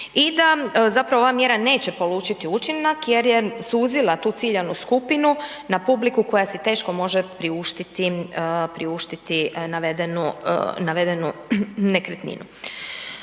I da zapravo ova mjera neće polučiti učinak jer je suzila tu ciljanu skupinu na publiku koja se teško može priuštiti, priuštiti navedenu nekretninu.